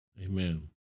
Amen